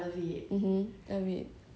ya